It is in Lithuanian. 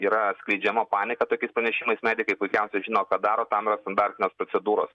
yra skleidžiama panika tokiais pranešimais medikai puikiausiai žino ką daro tam yra standartinės procedūros